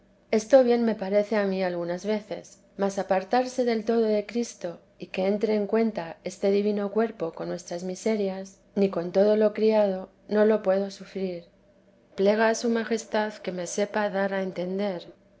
esto bien me parece a mí algunas veces mas apartarse del todo de cristo y que entre en cuenta este divino cuerpo con nuestras miserias ni con todo lo criado no lo puedo sufrir plegaa su majestad que me sepa dar a entender